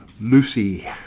Lucy